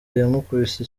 yamukubise